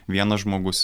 vienas žmogus